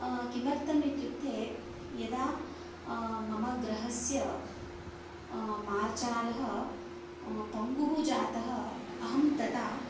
किमर्थम् इत्युक्ते यदा मम गृहस्य मार्जालः पङ्गुः जातः अहं तदा